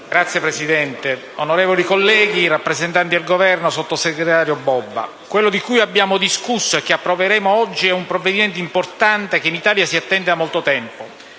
Signora Presidente, onorevoli colleghi, rappresentanti del Governo, signor sottosegretario Bobba quello di cui abbiamo discusso e che approveremo oggi è un provvedimento importante che in Italia si attende da molto tempo.